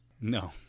No